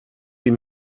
ihm